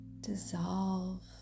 dissolve